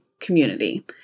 community